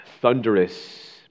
thunderous